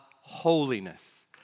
holiness